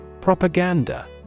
Propaganda